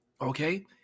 okay